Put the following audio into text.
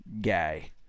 Guy